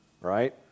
Right